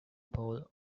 pole